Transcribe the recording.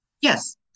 Yes